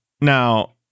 Now